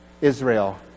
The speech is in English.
Israel